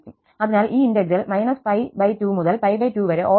അതിനാൽ ഈ ഇന്റഗ്രൽ −2മുതൽ 2 വരെ ഓട് ഫംഗ്ഷൻ ആണ്